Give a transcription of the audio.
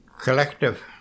collective